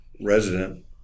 resident